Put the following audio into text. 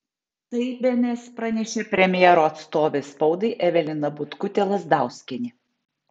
tai bns pranešė premjero atstovė spaudai evelina butkutė lazdauskienė